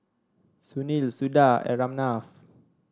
Sunil Suda and Ramnath